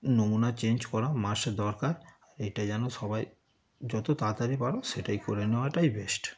নমুনা চেঞ্জ করা মাসে দরকার এটা যেন সবাই যত তাড়াতাড়ি পারো সেটাই করে নেওয়াটাই বেস্ট